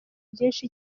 byinshi